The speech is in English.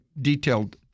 detailed